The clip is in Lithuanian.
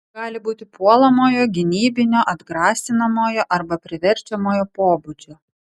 gali būti puolamojo gynybinio atgrasinamojo arba priverčiamojo pobūdžio